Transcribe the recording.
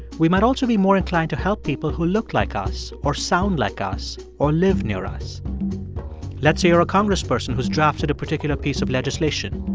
we might also be more inclined to help people who look like us or sound like us or live near us let's hear a congressperson who's drafted a particular piece of legislation.